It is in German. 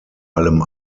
allem